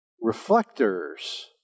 reflectors